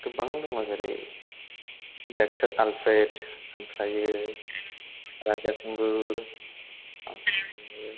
गोबां दङ जेरै ड'क्टर आलफ्रिड ओमफ्रायो राजा खुंगुर ओमफ्रायो